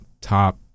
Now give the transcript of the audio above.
top